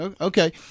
Okay